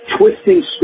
twisting